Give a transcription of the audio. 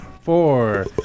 four